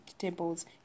vegetables